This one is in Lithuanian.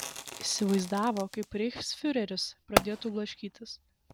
įsivaizdavo kaip reichsfiureris pradėtų blaškytis